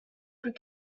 plus